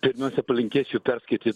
pirmiausia palinkėsiu perskaityt